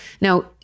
Now